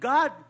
God